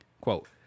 Quote